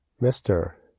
mister